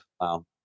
wow